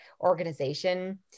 organization